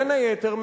בין היתר,